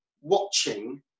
watching